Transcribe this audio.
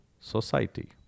society